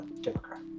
Democrat